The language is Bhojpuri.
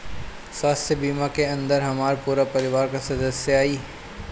स्वास्थ्य बीमा के अंदर हमार पूरा परिवार का सदस्य आई?